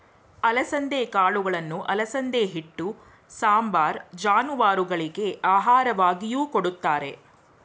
ಅಲಸಂದೆ ಕಾಳುಗಳನ್ನು ಅಲಸಂದೆ ಹಿಟ್ಟು, ಸಾಂಬಾರ್, ಜಾನುವಾರುಗಳಿಗೆ ಆಹಾರವಾಗಿಯೂ ಕೊಡುತ್ತಾರೆ